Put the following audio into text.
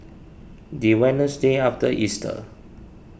the Wednesday after Easter